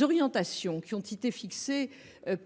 orientations qui ont été fixées